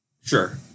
Sure